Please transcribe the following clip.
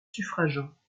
suffragants